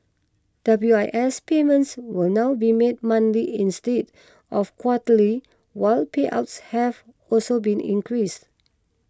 W I S payments will now be made monthly instead of quarterly while payouts have also been increased